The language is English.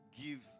give